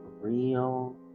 real